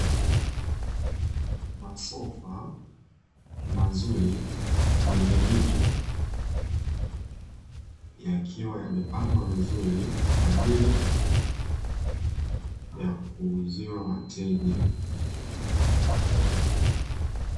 Masofa mazuri yenye mito yakiwa yamepangwa vizuri kwaajili ya kuuzia wateja.